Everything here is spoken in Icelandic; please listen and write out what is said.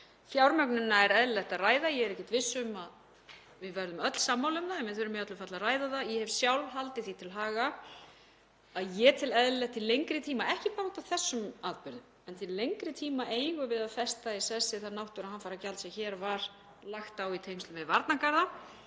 Fjármögnunina er eðlilegt að ræða. Ég er ekkert viss um að við verðum öll sammála um það en við þurfum í öllu falli að ræða það. Ég hef sjálf haldið því til haga að ég tel eðlilegt til lengri tíma, ekki bara út af þessum atburðum, að festa í sessi það náttúruhamfaragjald sem hér var lagt á í tengslum við varnargarða